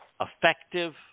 effective